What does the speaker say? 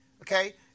okay